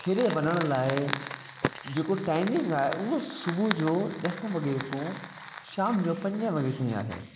खेॾणु वञण लाइ जेको टाइमिंग आहे उहो सुबुह जो ॾह वॻे को शाम जो पंज वॻे ताईं आहे